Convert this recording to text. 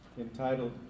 entitled